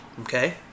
okay